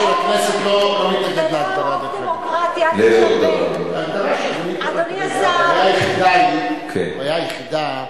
רוב דמוקרטי, הבעיה היחידה היא, הבעיה היחידה,